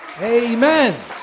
Amen